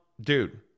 dude